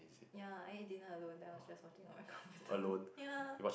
ya I ate dinner alone then I was just watching on my computer ya